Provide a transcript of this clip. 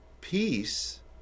peace